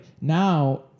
now